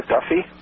Duffy